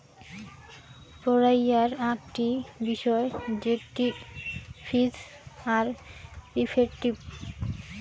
পড়াইয়ার আকটি বিষয় জেটটি ফিজ আর ইফেক্টিভ